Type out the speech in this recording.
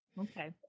Okay